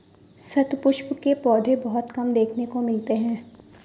शतपुष्प के पौधे बहुत कम देखने को मिलते हैं